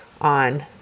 on